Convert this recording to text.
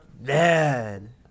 man